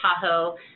Tahoe